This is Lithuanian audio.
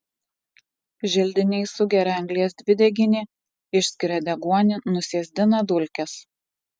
želdiniai sugeria anglies dvideginį išskiria deguonį nusėsdina dulkes